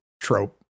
trope